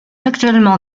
actuellement